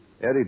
Eddie